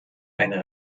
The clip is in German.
eine